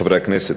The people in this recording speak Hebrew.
חברי חברי הכנסת,